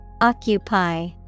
Occupy